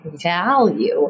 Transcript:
value